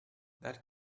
that